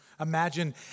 Imagine